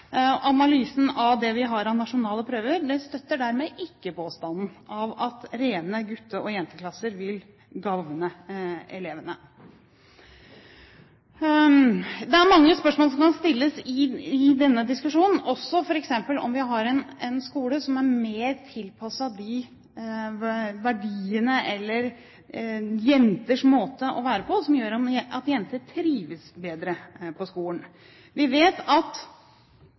effekten. Analysen av det vi har av nasjonale prøver, støtter dermed ikke påstanden om at rene gutte- og jenteklasser vil gagne elevene. Det er mange spørsmål som kan stilles i denne diskusjonen, også f.eks. om vi har en skole som er mer tilpasset de verdiene jenter har eller jenters måte å være på, som gjør at jenter trives bedre på skolen. Vi vet at